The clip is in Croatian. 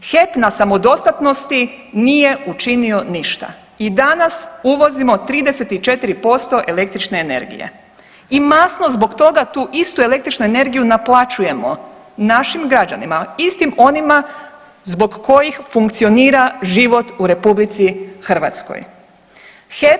HEP na samodostatnosti nije učinio ništa i danas uvozimo 34% električne energije i masno zbog toga tu istu električnu energiju naplaćujemo našim građanima istim onima zbog kojih funkcionira život u Republici Hrvatskoj.